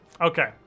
okay